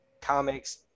comics